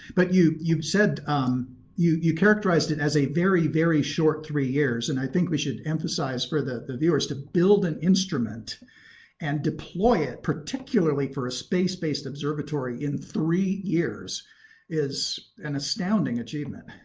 but you you said um you said you characterized it as a very, very, short three years, and i think we should emphasize for the the viewers, to build an instrument and deploy it particularly for a space-based observatory in three years is an astounding achievement.